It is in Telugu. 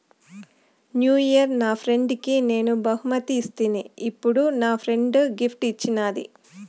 న్యూ ఇయిర్ నా ఫ్రెండ్కి నేను బహుమతి ఇస్తిని, ఇప్పుడు నా ఫ్రెండ్ గిఫ్ట్ ఇచ్చిన్నాది